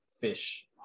fish